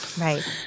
Right